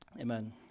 amen